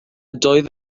doedd